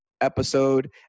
episode